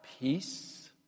peace